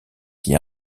qui